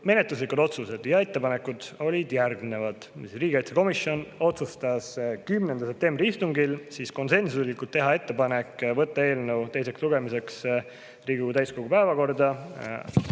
menetluslikud otsused ja ettepanekud on järgmised. Riigikaitsekomisjon otsustas 10. septembri istungil konsensuslikult teha ettepaneku võtta eelnõu teiseks lugemiseks Riigikogu täiskogu päevakorda